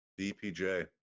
DPJ